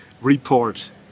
report